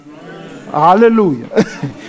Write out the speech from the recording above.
Hallelujah